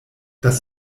das